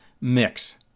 mix